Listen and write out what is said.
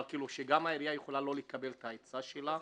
אבל שגם העירייה יכולה לא לקבל את העצה שלה,